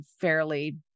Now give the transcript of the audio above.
fairly